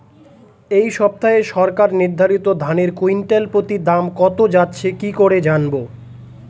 এই সপ্তাহে সরকার নির্ধারিত ধানের কুইন্টাল প্রতি দাম কত যাচ্ছে কি করে জানবো?